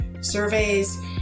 surveys